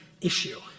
issue